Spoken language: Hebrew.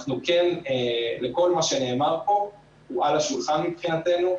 כל מה שנאמר פה הוא על השולחן מבחינתנו,